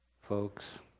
folks